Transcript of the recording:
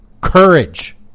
courage